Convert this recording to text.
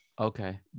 Okay